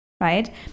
Right